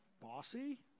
bossy